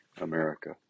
America